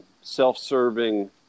self-serving